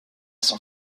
son